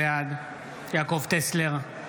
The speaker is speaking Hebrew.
בעד יעקב טסלר,